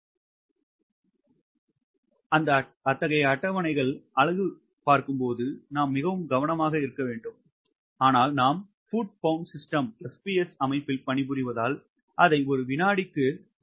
எனவே அத்தகைய அட்டவணைகள் அலகு பார்க்கும்போது நாம் மிகவும் கவனமாக இருக்க வேண்டும் ஆனால் நாம் FPS அமைப்பில் பணிபுரிவதால் அதை ஒரு வினாடிக்கு மாற்ற வேண்டும்